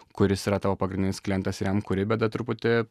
kuris yra tavo pagrindinis klientas ir jam kuri bėda truputį